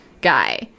guy